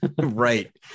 right